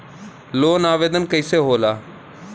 Loan आवेदन कैसे होला?